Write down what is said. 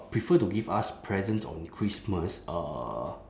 prefer to give us presents on christmas uh